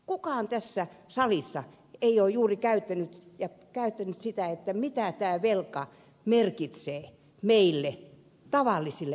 kukaan tässä salissa ei ole juuri puhunut siitä mitä tämä velka merkitsee meille tavallisille ihmisille